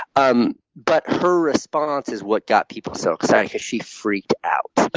um but her response is what got people so excited, because she freaked out.